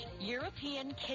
European